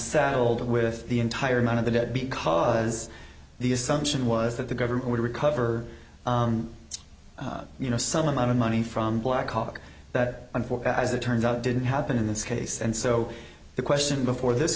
saddled with the entire amount of the dead because the assumption was that the government would recover you know some amount of money from blackhawk that and for as it turns out didn't happen in this case and so the question before this